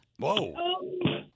Whoa